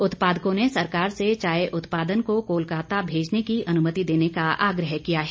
उत्पादकों ने सरकार से चाय उत्पादन को कोलकता भेजने की अनुमति देने का आग्रह किया है